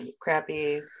crappy